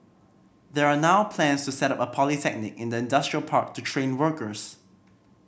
there are now plans to set up a polytechnic in the industrial park to train workers